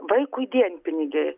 vaikui dienpinigiai